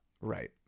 Right